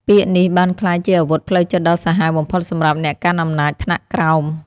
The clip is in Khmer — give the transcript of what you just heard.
ពាក្យនេះបានក្លាយជាអាវុធផ្លូវចិត្តដ៏សាហាវបំផុតសម្រាប់អ្នកកាន់អំណាចថ្នាក់ក្រោម។